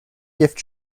gift